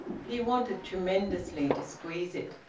he wanted tremendously to squeeze it,